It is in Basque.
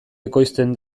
ekoizten